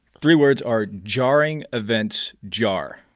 three words are jarring events jar,